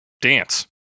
dance